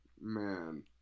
Man